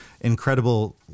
incredible